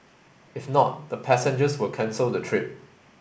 if not the passengers will cancel the trip